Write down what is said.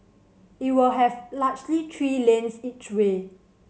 it will have largely three lanes each way